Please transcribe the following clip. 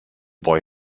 boy